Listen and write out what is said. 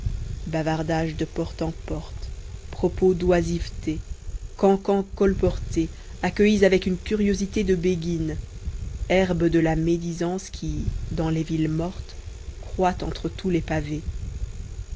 bavardages de porte en porte propos d'oisiveté cancans colportés accueillis avec une curiosité de béguines herbe de la médisance qui dans les villes mortes croît entre tous les pavés